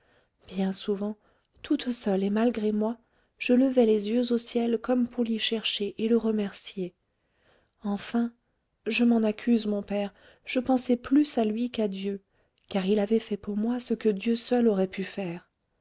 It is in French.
bien souvent toute seule et malgré moi je levais les yeux au ciel comme pour l'y chercher et le remercier enfin je m'en accuse mon père je pensais plus à lui qu'à dieu car il avait fait pour moi ce que dieu seul aurait pu faire